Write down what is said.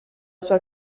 sua